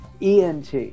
ENT